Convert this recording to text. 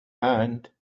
and